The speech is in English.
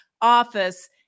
office